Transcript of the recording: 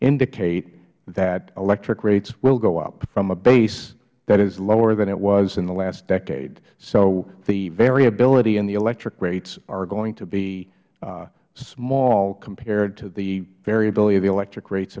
indicate that electric rates will go up from a base that is lower than it was in the last decade so the variability in the electric rates are going to be small compared to the variability of the electric rates